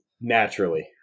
Naturally